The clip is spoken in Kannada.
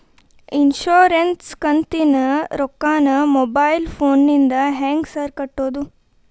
ಇನ್ಶೂರೆನ್ಸ್ ಕಂತಿನ ರೊಕ್ಕನಾ ಮೊಬೈಲ್ ಫೋನಿಂದ ಹೆಂಗ್ ಸಾರ್ ಕಟ್ಟದು?